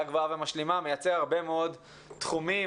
גבוהה ומשלימה מייצר הרבה מאוד תחומים,